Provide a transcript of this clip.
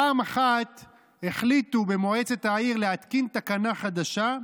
פעם אחת החליטו במועצת העיר להתקין תקנה חדשה,